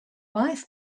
wife